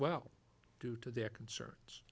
well due to their concerns